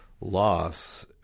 loss